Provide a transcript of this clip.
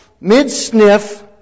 mid-sniff